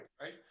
right